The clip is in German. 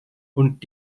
und